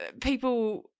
people